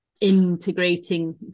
integrating